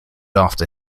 after